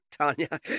Tanya